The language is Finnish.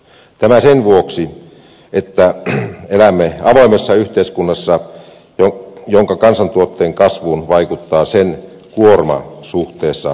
tämä sen vuoksi että elämme avoimessa yhteiskunnassa jonka kansantuotteen kasvuun vaikuttaa sen kuorma suhteessa kilpailijamaihin